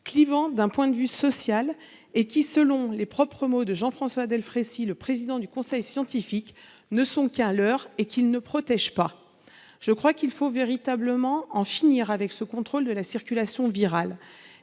clivants d'un point de vue social et qui, selon les propres mots de Jean-François Delfraissy, le président du Conseil scientifique, ne sont qu'un leurre et ne protègent pas. Il faut véritablement en finir avec ce contrôle de la circulation virale.